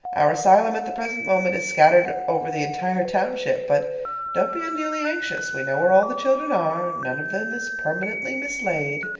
our asylum at the present moment is scattered over the entire township but don't be unduly anxious. we know where all the children are. none of them is permanently mislaid.